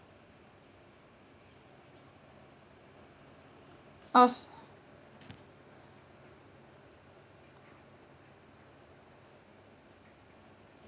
us